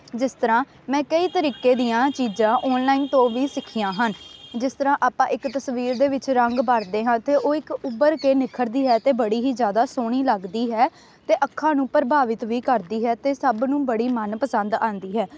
ਜਿਸ ਤਰ੍ਹਾਂ ਮੈਂ ਕਈ ਤਰੀਕੇ ਦੀਆਂ ਚੀਜ਼ਾਂ ਔਨਲਾਈਨ ਤੋਂ ਵੀ ਸਿੱਖੀਆਂ ਹਨ ਜਿਸ ਤਰ੍ਹਾਂ ਆਪਾਂ ਇੱਕ ਤਸਵੀਰ ਦੇ ਵਿੱਚ ਰੰਗ ਭਰਦੇ ਹਾਂ ਅਤੇ ਉਹ ਇੱਕ ਉੱਭਰ ਕੇ ਨਿਖੜਦੀ ਹੈ ਅਤੇ ਬੜੀ ਹੀ ਜ਼ਿਆਦਾ ਸੋਹਣੀ ਲੱਗਦੀ ਹੈ ਅਤੇ ਅੱਖਾਂ ਨੂੰ ਪ੍ਰਭਾਵਿਤ ਵੀ ਕਰਦੀ ਹੈ ਅਤੇ ਸਭ ਨੂੰ ਬੜੀ ਮਨ ਪਸੰਦ ਆਉਂਦੀ ਹੈ